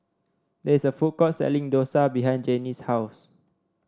there is a food court selling dosa behind Jennie's house